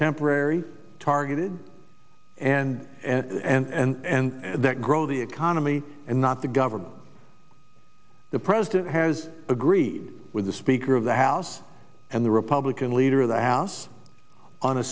temporary targeted and that grow the economy and not the government that president has agreed with the speaker of the house and the republican leader of the house on a